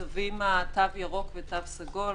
התווים תו ירוק ותו סגול,